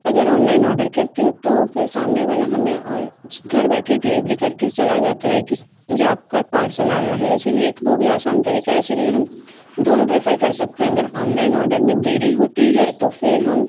अगर online order करती हूँ तो फिर सामने वाला हमें औल घर बैठे डिलेभरी कर कर चला जाता है किस क्या आपका पार्सल आया है इसलिए एक वो भी आसान तरीका है इसलिए हम दोनों प्रेफर कर सकते हैं अगर ऑनलाइन औडर में देरी होती है तो फिर हम